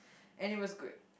and it was good